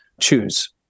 choose